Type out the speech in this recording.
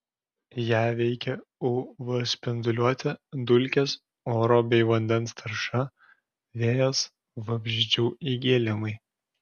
ją veikia uv spinduliuotė dulkės oro bei vandens tarša vėjas vabzdžių įgėlimai